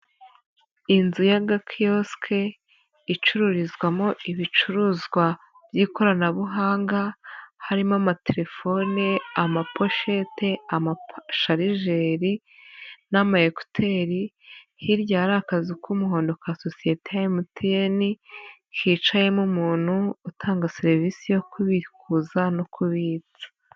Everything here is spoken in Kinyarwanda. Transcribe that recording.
Inzu y'agakiyosike icururizwamo ibicuruzwa by'ikoranabuhanga, harimo amatelefone, amaposhete, amasharijeri n'ama ekuteri, hirya hari akazu k'umuhondo ka sosiyete ya MTN kicayemo umuntu utanga serivisi yo kubikuza no kubitsa.